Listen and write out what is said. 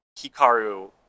Hikaru